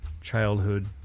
childhood